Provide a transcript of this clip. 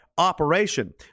Operation